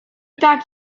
tak